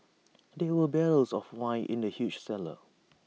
there were barrels of wine in the huge cellar